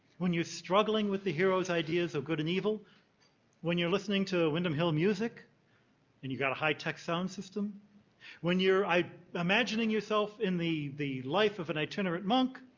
when you're struggling with the hero's ideas of good and evil when you're listening to windham hill music and you got a hi-tech sound system when you're imagining yourself in the the life of an itinerant monk,